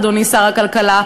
אדוני שר הכלכלה,